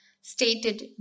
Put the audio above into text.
stated